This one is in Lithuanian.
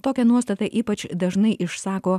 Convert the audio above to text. tokią nuostatą ypač dažnai išsako